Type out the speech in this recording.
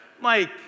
Mike